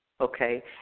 Okay